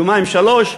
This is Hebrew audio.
יומיים-שלושה,